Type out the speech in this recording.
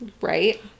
Right